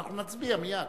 אנחנו נצביע מייד.